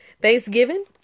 Thanksgiving